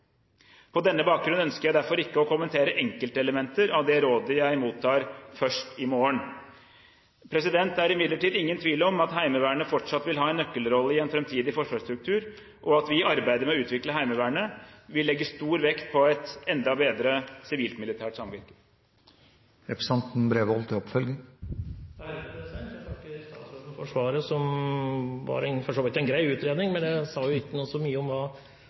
På denne bakgrunn ønsker jeg derfor ikke å kommentere enkeltelementer av det rådet jeg mottar først i morgen. Det er imidlertid ingen tvil om at Heimevernet fortsatt vil ha en nøkkelrolle i en framtidig forsvarsstruktur, og at vi i arbeidet med å utvikle Heimevernet vil legge stor vekt på et enda bedre sivilmilitært samvirke. Jeg takker statsråden for svaret, som for så vidt var en grei utredning, men det sa ikke så mye om hva